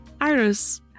Iris